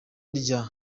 rya